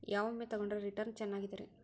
ಯಾವ ವಿಮೆ ತೊಗೊಂಡ್ರ ರಿಟರ್ನ್ ಚೆನ್ನಾಗಿದೆರಿ?